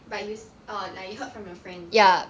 but you err like you heard from your friend